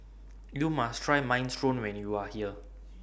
YOU must Try Minestrone when YOU Are here